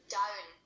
down